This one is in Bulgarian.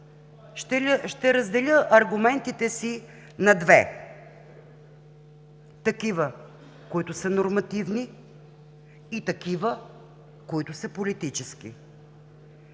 Ще разделя аргументите си на две: нормативни и такива, които са политически.